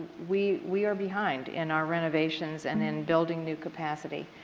we we are behind in our renovations and in building new capacity.